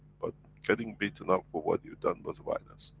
but getting beaten up for what you done was a violence.